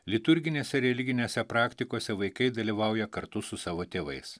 liturginėse ir religinėse praktikose vaikai dalyvauja kartu su savo tėvais